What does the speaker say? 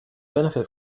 benefit